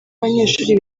abanyeshuri